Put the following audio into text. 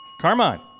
Carmine